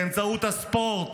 באמצעות הספורט